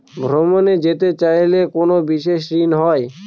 ভ্রমণে যেতে চাইলে কোনো বিশেষ ঋণ হয়?